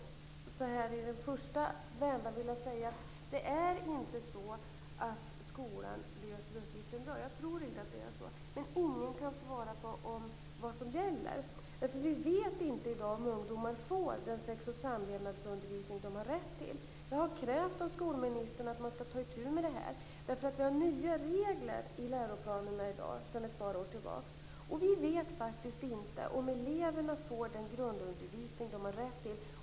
Så här i den första vändan skulle jag vilja säga att skolan inte löser den uppgiften bra. Jag tror inte att det är så, men ingen kan svara på vad som gäller. Vi vet inte i dag om ungdomar får den sex och samlevnadsundervisning de har rätt till. Jag har krävt av skolministern att man skall ta itu med det här. Sedan ett par år tillbaka har vi nya regler i läroplanerna. Vi vet faktiskt inte om eleverna får den grundundervisning de har rätt till.